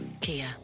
Kia